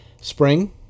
Spring